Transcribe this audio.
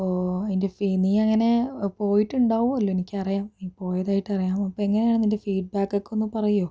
അപ്പോൾ അതിൻ്റെ ഫീ നീ അങ്ങനെ പോയിട്ടുണ്ടാകും അല്ലോ എനിക്കറിയാം നീ പോയതായിട്ട് അറിയാം അപ്പോൾ എങ്ങനെയാണ് അതിൻ്റെ ഫീഡ്ബാക്ക് ഒക്കെ ഒന്ന് പറയുമോ